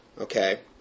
okay